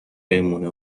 بمونه